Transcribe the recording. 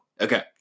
Okay